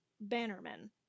Bannerman